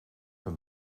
een